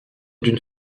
d’une